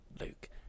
Luke